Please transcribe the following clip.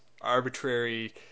arbitrary